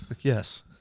Yes